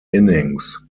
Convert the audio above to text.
innings